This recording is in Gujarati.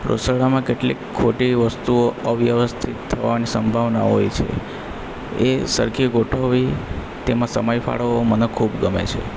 રસોડામાં કેટલીક ખોટી વસ્તુઓ અવ્યવસ્થિત હોવાની સંભાવના હોય છે એ સરખી ગોઠવવી તેમાં સમય ફાળવવો મને ખૂબ ગમે છે